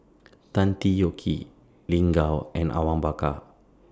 Tan Tee Yoke Lin Gao and Awang Bakar